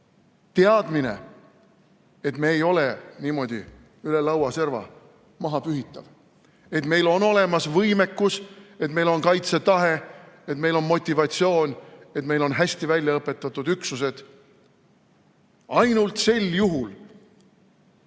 teadmine, et me ei ole niimoodi üle lauaserva maha pühitav. Et meil on olemas võimekus, et meil on kaitsetahe, et meil on motivatsioon, et meil on hästi väljaõpetatud üksused. Ainult sel juhul,